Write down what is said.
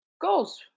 goals